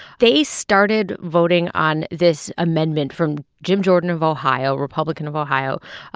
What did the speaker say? they started voting on this amendment from jim jordan of ohio, republican of ohio,